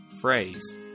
Phrase